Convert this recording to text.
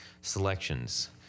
selections